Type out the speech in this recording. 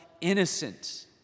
innocent